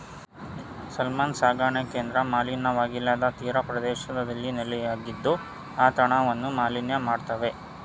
salmon ಸಾಕಣೆ ಕೇಂದ್ರ ಮಲಿನವಾಗಿಲ್ಲದ ತೀರಪ್ರದೇಶದಲ್ಲಿ ನೆಲೆಯಾಗಿದ್ದು ಆ ತಾಣವನ್ನು ಮಾಲಿನ್ಯ ಮಾಡ್ತವೆ